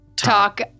Talk